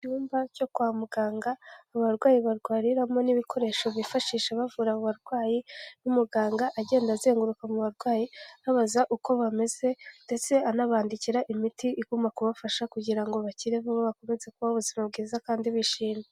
Icyumba cyo kwa muganga abarwayi barwariramo, n’ibikoresho bifashisha bavura abo barwayi, umuganga agenda azenguruka mu barwayi, abaza uko bameze, ndetse anabandikira imiti igomba kubafasha kugira ngo bakire vuba, bakomeze kubaho ubuzima bwiza kandi bishimye.